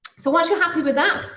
so once you're happy with that,